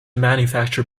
manufacture